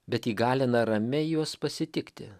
bet įgalina ramiai juos pasitikti